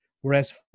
whereas